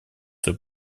свой